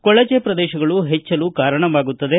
ಕೊಳಜೆ ಪ್ರದೇಶಗಳು ಹೆಚ್ಚಲು ಕಾರಣವಾಗುತ್ತದೆ